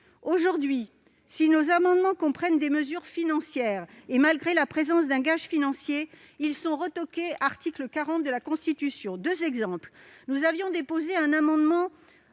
Désormais, si nos amendements comprennent des mesures financières, et malgré la présence d'un gage financier, ils sont retoqués au titre de l'article 40 de la Constitution. Je donnerai deux exemples. Nous avions déposé un amendement